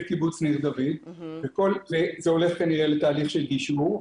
קיבוץ ניר דוד וזה כנראה הולך לתהליך של גישור.